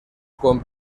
con